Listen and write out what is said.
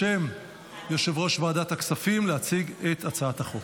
הנושא הבא על סדר-היום, הצעת חוק